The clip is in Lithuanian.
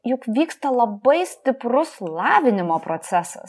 juk vyksta labai stiprus lavinimo procesas